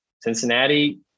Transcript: Cincinnati